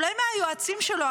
אולי מהיועצים שלו,